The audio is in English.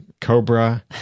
Cobra